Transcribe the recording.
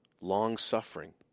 long-suffering